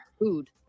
food